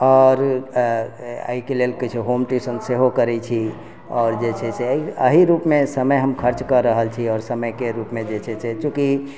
आओर अऽ अइके लेल कहै छै किछु होम ट्यूशन सेहो करै छी आओर जे छै से अहि रूपमे समय हम खर्च कऽ रहल छी आओर समयके रूपमे जे छै से चुँकि